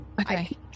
Okay